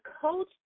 coach